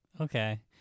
Okay